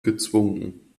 gezwungen